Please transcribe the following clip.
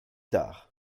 tard